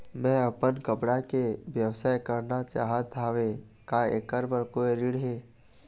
मैं अपन कपड़ा के व्यवसाय करना चाहत हावे का ऐकर बर कोई ऋण हे?